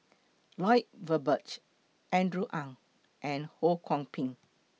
Lloyd Valberg Andrew Ang and Ho Kwon Ping